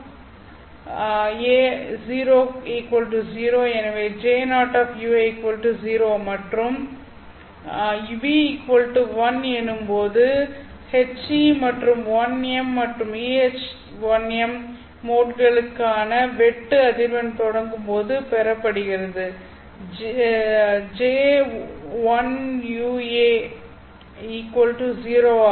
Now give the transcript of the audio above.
எனவே J0 0 மற்றும் ʋ 1 எனும்போது HE1m மற்றும் EH1m மோட்களுக்கான வெட்டு அதிர்வெண் தொடங்கும் போது பெறப்படுவது j1ua0 ஆகும்